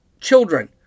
children